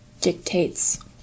dictates